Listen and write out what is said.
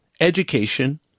Education